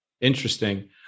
Interesting